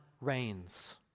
reigns